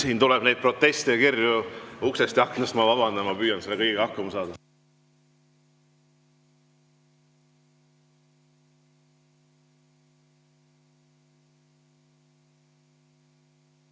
Siin tuleb neid proteste ja kirju uksest ja aknast. Ma vabandan, ma püüan selle kõigega hakkama saada.